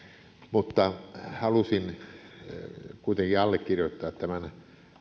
mutta halusin kuitenkin allekirjoittaa tämän